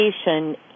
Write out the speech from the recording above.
education